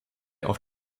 auf